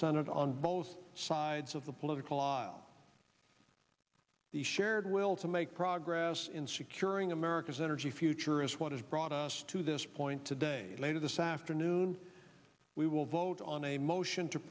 senate on both sides of the political aisle the shared will to make progress in securing america's energy future is what has brought us to this point today later this afternoon we will vote on a motion to